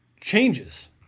changes